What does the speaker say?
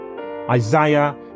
Isaiah